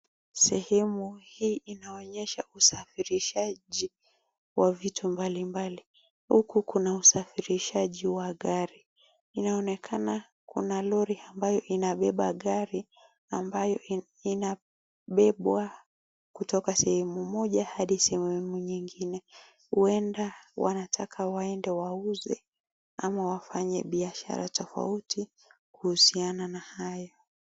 Sehemu hii inaonyesha usafirishaji wa vitu mbali mbali. Huku kuna usafirishaji wa gari, inaonekana kuna lorry ambayo inabeba gari ambayo inabebwa kutoka sehemu moja hadi sehemu nyingine. Huenda wanataka waende wauze ama wafanye biashara tofauti kuhusiana na hayo.